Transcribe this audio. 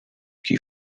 key